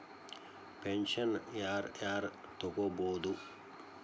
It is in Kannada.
ಪೆನ್ಷನ್ ಯಾರ್ ಯಾರ್ ತೊಗೋಬೋದು?